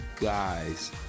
guys